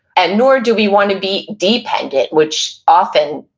and nor do we want to be dependent, which often,